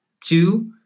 Two